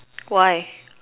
why